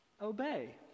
Obey